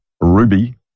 Ruby